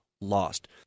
lost